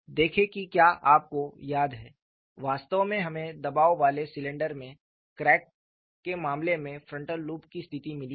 देखें कि क्या आपको याद है वास्तव में हमें दबाव वाले सिलेंडर में क्रैक के मामले में फ्रंटल लूप की स्थिति मिली है